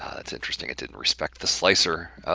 ah that's interesting, it didn't respect the slicer. oh,